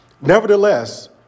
Nevertheless